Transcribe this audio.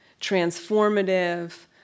transformative